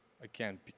again